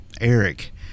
eric